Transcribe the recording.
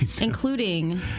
including